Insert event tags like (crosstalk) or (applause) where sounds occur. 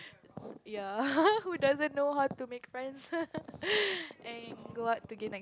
ya (laughs) who doesn't know how to make friends (laughs) and go out to gain